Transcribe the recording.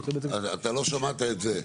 אתה לא שמעת את זה.